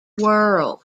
world